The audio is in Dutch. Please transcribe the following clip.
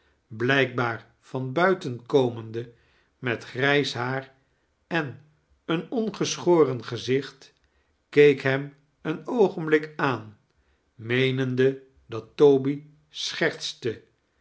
blijkbaar van buiten komende met grijs haar en een ongeschoren gezicht keek hem een oogenblik aan meenende dat toby schertste